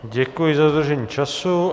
Děkuji za dodržení času.